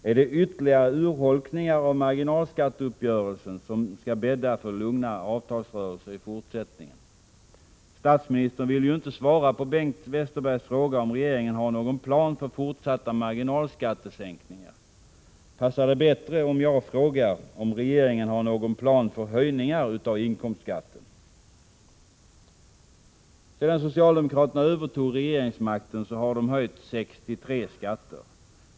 Är det ytterligare urholkningar av marginalskatteuppgörelsen som skall bädda för lugna avtalsrörelser i fortsättningen? Statsministern vill ju inte svara på Bengt Westerbergs fråga om regeringen har någon plan för fortsatta marginalskattesänkningar. Passar det bättre om jag frågar om regeringen har någon plan för höjningar av inkomstskatten? Sedan socialdemokraterna övertog regeringsmakten har de höjt 63 skatter.